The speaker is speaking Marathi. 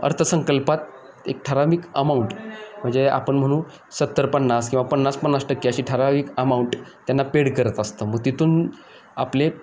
अर्थसंकल्पात एक ठराविक अमाऊंट म्हणजे आपण म्हणू सत्तर पन्नास किंवा पन्नास पन्नास टक्के अशी ठराविक अमाऊंट त्यांना पेड करत असतं मग तिथून आपले